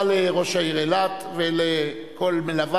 תושב אזור חבל אילות יהיה זכאי לזיכוי במס הכנסה בשיעור